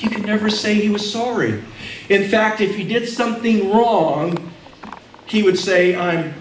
he can never say he was sorry in fact if you did something wrong he would say i